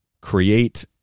create